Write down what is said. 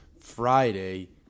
Friday